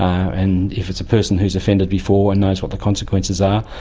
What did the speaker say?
and if it's a person who has offended before and knows what the consequences are,